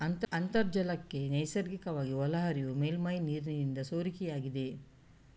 ಅಂತರ್ಜಲಕ್ಕೆ ನೈಸರ್ಗಿಕ ಒಳಹರಿವು ಮೇಲ್ಮೈ ನೀರಿನಿಂದ ಸೋರಿಕೆಯಾಗಿದೆ